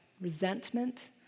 Resentment